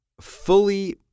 fully